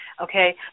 Okay